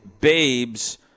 Babes